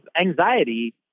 anxiety